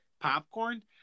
popcorn